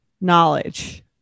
knowledge